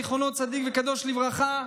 זכר צדיק וקדוש לברכה,